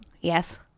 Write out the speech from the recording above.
Yes